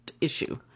issue